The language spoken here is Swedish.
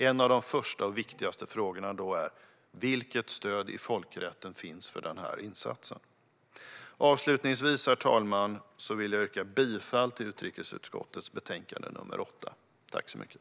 En av de första och viktigaste frågorna då är: Vilket stöd finns det i folkrätten för den här insatsen? Avslutningsvis, herr talman, vill jag yrka bifall till utrikesutskottets förslag i betänkande 8.